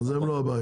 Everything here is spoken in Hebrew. אז הם לא הבעיה.